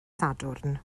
sadwrn